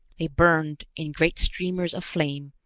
they burned in great streamers of flame,